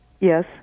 Yes